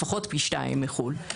לפחות פי שניים מחו"ל,